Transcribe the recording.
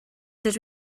dydw